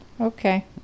Okay